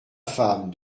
femme